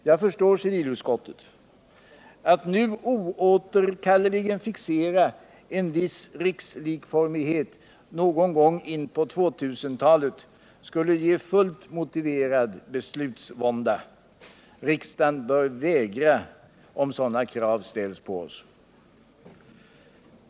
Jag förstår civilutskottet. Att nu oåterkalleligen fixera en viss rikslikformighet någon gång in på 2000-talet skulle ge fullt motiverad beslutsvånda. Riksdagen bör vägra, om sådana krav ställs på oss.